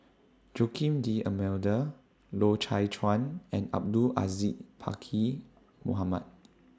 Joaquim D'almeida Loy Chye Chuan and Abdul Aziz Pakkeer Mohamed